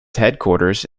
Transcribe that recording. headquarters